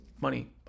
money